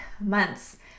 months